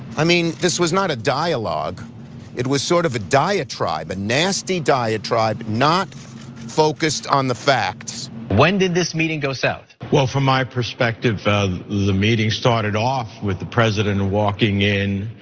i mean this was not a dialogue it was sort of a diatribe, a nasty diatribe not focused on the facts. when did this meeting go south? well from my perspective the meeting started off with the president walking in